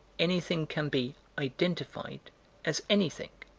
anything can be identified as anything.